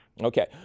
Okay